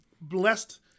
blessed